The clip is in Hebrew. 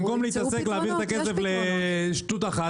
במקום להתעסק להעביר את הכסף לשטות אחת,